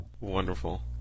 Wonderful